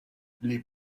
les